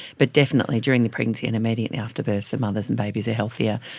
but definitely during the pregnancy and immediately after birth the mothers and babies are healthier.